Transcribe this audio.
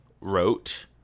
wrote